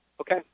Okay